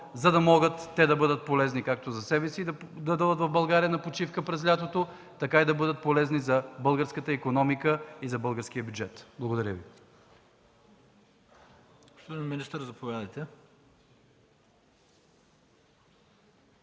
за да могат те да бъдат полезни както за себе си, да дойдат в България на почивка през лятото, така да бъдат полезни за българската икономика и за българския бюджет? Благодаря Ви.